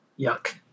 yuck